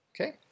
Okay